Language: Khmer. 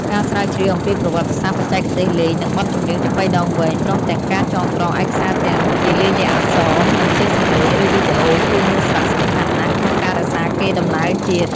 ការស្រាវជ្រាវអំពីប្រវត្តិសាស្រ្ត បច្ចេកទេសលេង និងបទចម្រៀងចាប៉ីដងវែង ព្រមទាំងការចងក្រងឯកសារទាំងជាលាយលក្ខណ៍អក្សរ និងជាសំឡេង ឬវីដេអូ គឺមានសារៈសំខាន់ណាស់ក្នុងការរក្សាកេរដំណែលជាតិ។